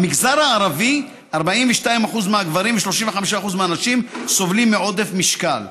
במגזר הערבי 42% מהגברים ו-35% מהנשים סובלים מעודף משקל.